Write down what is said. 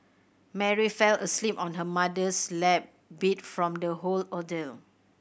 Mary fell asleep on her mother's lap beat from the whole ordeal